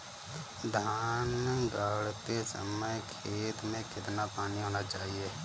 धान गाड़ते समय खेत में कितना पानी होना चाहिए?